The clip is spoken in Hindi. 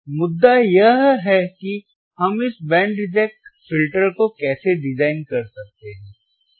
तो मुद्दा यह है कि हम इस बैंड रिजेक्ट फिल्टर को कैसे डिजाइन कर सकते हैं